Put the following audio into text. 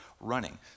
running